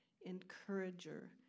encourager